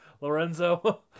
Lorenzo